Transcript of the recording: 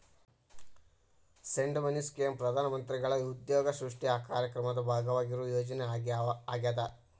seed money scheme ಪ್ರಧಾನ ಮಂತ್ರಿಗಳ ಉದ್ಯೋಗ ಸೃಷ್ಟಿ ಕಾರ್ಯಕ್ರಮದ ಭಾಗವಾಗಿರುವ ಯೋಜನೆ ಆಗ್ಯಾದ